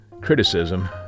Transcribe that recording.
Criticism